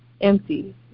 empty